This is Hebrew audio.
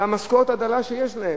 מהמשכורת הדלה שיש להם.